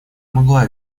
могла